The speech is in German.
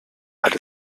hat